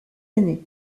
aîné